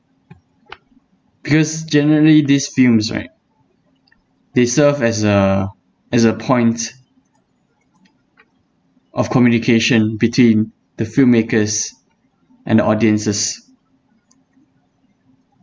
because generally these films right they serve as a as a point of communication between the filmmakers and the audiences